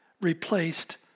replaced